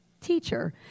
teacher